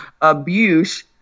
abuse